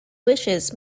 wishes